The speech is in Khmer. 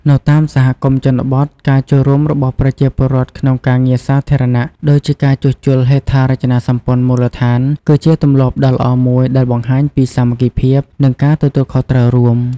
នៅតាមសហគមន៍ជនបទ ការចូលរួមរបស់ប្រជាពលរដ្ឋក្នុងការងារសាធារណៈ ដូចជាការជួសជុលហេដ្ឋារចនាសម្ព័ន្ធមូលដ្ឋាន គឺជាទម្លាប់ដ៏ល្អមួយដែលបង្ហាញពីសាមគ្គីភាព និងការទទួលខុសត្រូវរួម។